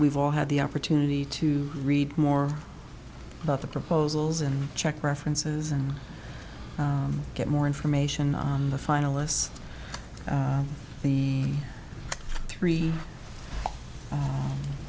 we've all had the opportunity to read more about the proposals and check references and get more information on the finalists the three